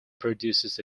produces